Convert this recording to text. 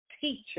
teacher